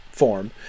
form